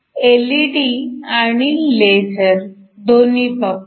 LED व laser दोन्ही बाबतीत